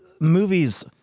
movies